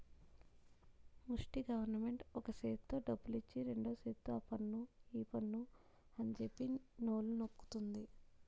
ముస్టి గవరమెంటు ఒక సేత్తో డబ్బులిచ్చి రెండు సేతుల్తో ఆపన్ను ఈపన్ను అంజెప్పి నొల్లుకుంటంది